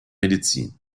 medizin